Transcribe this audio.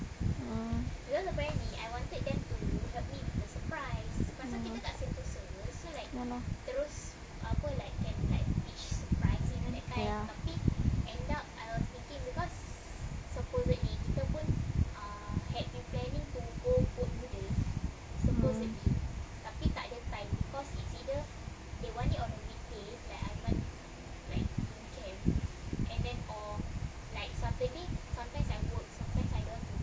orh orh ya lor ya mm